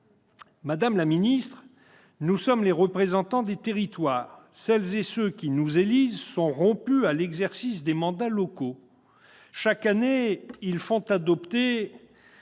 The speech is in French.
Madame la ministre, nous sommes les représentants des territoires : celles et ceux qui nous élisent sont rompus à l'exercice des mandats locaux. Chaque année, ils font adopter